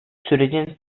sürecin